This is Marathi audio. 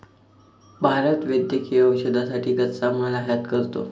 भारत वैद्यकीय औषधांसाठी कच्चा माल आयात करतो